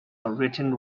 written